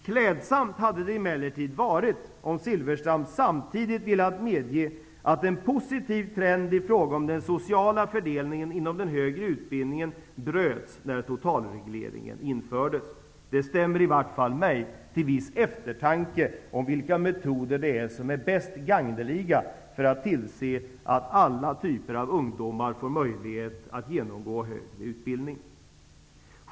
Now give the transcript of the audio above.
Klädsamt hade det emellertid varit om Bengt Silfverstrand samtidigt velat medge att en positiv trend i fråga om den sociala fördelningen inom den högre utbildningen bröts när totalregleringen infördes. Det stämmer i vart fall mig till viss eftertanke om vilka metoder det är som är mest gagneliga för att tillse att alla typer av ungdomar får möjlighet att genomgå högre utbildning.